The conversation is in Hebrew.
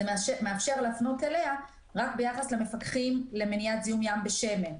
זה מאפשר להפנות אליה רק ביחס למפקחים למניעת זיהום ים בשמן,